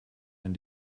ein